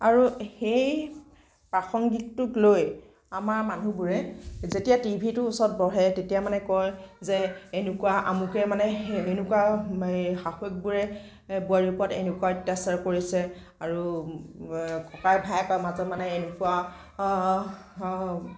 আৰু সেই প্ৰাসংগিকটোক লৈ আমাৰ মানুহবোৰে যেতিয়া টিভিটোৰ ওচৰত বহে তেতিয়া মানে কয় যে এনেকুৱা আমুকে মানে এনেকুৱা শাহুয়েকবোৰে বোৱাৰীৰ ওপৰত এনেকুৱা অত্যাচাৰ কৰিছে আৰু ককায়েক ভায়েকৰ মাজত মানে এনেকুৱা